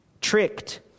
Tricked